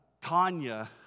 Tanya